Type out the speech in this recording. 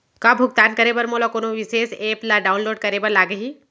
का भुगतान करे बर मोला कोनो विशेष एप ला डाऊनलोड करे बर लागही